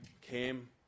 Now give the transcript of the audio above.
came